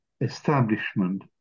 establishment